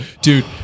Dude